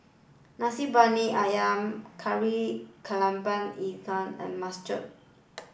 Nasi Briyani Ayam Kari Kepala Ikan and Masala Thosai